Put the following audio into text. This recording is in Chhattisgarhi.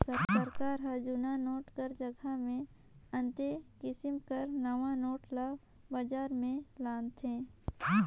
सरकार हर जुनहा नोट कर जगहा मे अन्ते किसिम कर नावा नोट ल बजार में लानथे